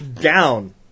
down